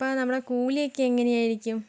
അപ്പോൾ നമ്മളെ കൂലി ഒക്കെ എങ്ങനെയായിരിക്കും